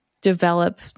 develop